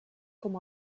com